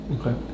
Okay